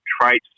traits